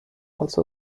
also